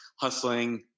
hustling